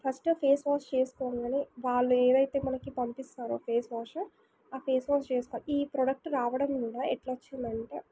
first face wash చేసుకోంగానే వాళ్ళు ఏదైతే మనకు పంపిస్తారో ఫేస్ వాష్ ఆ ఫేస్ వాష్ చేసుకోవా ఈ ప్రోడక్ట్ రావడం కూడా ఎట్లొచ్చిందంటే